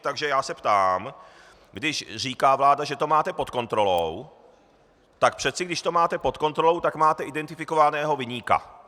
Takže já se ptám, když říká vláda, že to máte pod kontrolou, tak přece když to máte pod kontrolou, tak máte identifikovaného viníka.